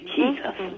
Jesus